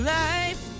life